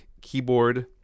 keyboard